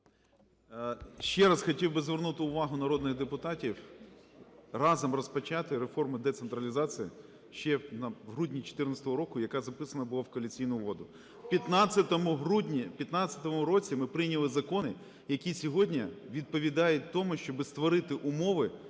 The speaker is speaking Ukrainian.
Ще раз хотів би звернути увагу народних депутатів разом розпочати реформу децентралізації, ще в грудні 2014 року яка записана була в Коаліційну угоду. У грудні в 15-му році ми прийняли закони, які сьогодні відповідають тому, щоби створити умови